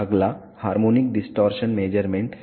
अगला harmonic distortion measurement है